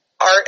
art